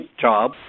job